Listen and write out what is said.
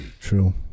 True